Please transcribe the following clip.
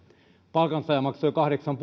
palkansaaja maksoi kahdeksan